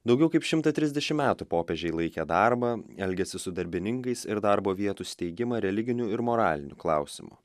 daugiau kaip šimtą trisdešim metų popiežiai laikė darbą elgesį su darbininkais ir darbo vietų steigimą religiniu ir moraliniu klausimu